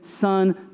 son